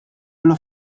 għall